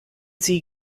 sie